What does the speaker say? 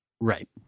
Right